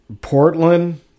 Portland